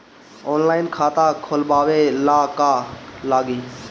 Online खाता खोलबाबे ला का का लागि?